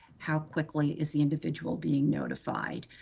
how quickly is the individual being notified?